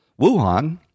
Wuhan